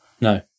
no